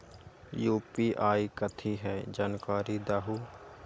UPI कथी है? जानकारी दहु